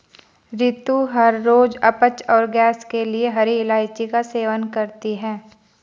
रितु हर रोज अपच और गैस के लिए हरी इलायची का सेवन करती है